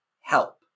help